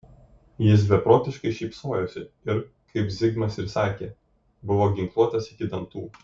jis beprotiškai šypsojosi ir kaip zigmas ir sakė buvo ginkluotas iki dantų